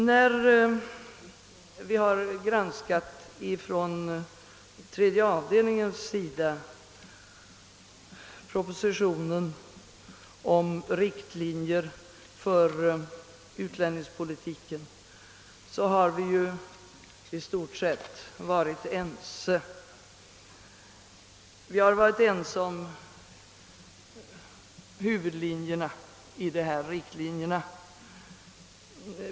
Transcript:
När vi inom tredje avdelningen granskat propositionen om riktlinjer för utlänningspolitiken har vi beträffande huvuddragen i stort sett varit ense.